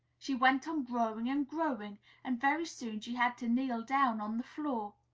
she went on growing and growing and very soon she had to kneel down on the floor.